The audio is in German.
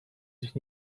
sich